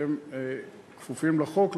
שהם כפופים לחוק,